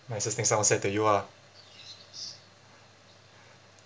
nicest things someone said to you ah